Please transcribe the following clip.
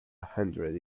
hundred